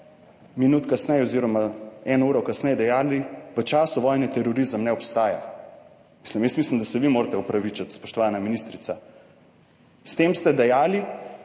minut kasneje oziroma eno uro kasneje dejali, v času vojne terorizem ne obstaja, Mislim, jaz mislim, da se vi morate opravičiti, spoštovana ministrica. S tem ste dejali,